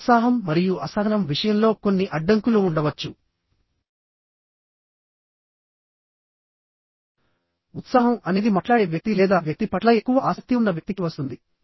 అతి ఉత్సాహం మరియు అసహనం విషయంలో కొన్ని అడ్డంకులు ఉండవచ్చు ఉత్సాహం అనేది మాట్లాడే వ్యక్తి లేదా వ్యక్తి పట్ల ఎక్కువ ఆసక్తి ఉన్న వ్యక్తికి వస్తుంది